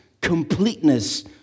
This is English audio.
completeness